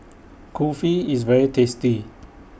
Kulfi IS very tasty